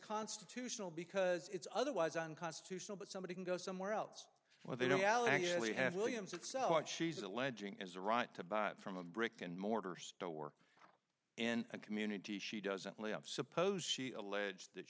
constitutional because it's otherwise unconstitutional but somebody can go somewhere else where they don't value you have williams itself like she's alleging as a right to buy from a brick and mortar store in a community she doesn't lay off suppose she alleged that